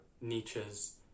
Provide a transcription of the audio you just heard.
Nietzsche's